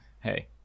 Hey